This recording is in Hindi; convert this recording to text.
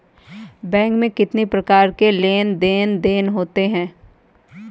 बैंक में कितनी प्रकार के लेन देन देन होते हैं?